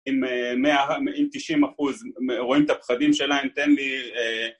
עם תשעים אחוז רואים את הפחדים שלהם, תן לי